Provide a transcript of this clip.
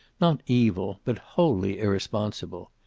not evil, but wholly irresponsible.